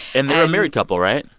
and they're a married couple, right?